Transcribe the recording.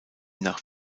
nach